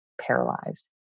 paralyzed